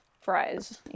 fries